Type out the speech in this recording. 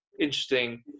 interesting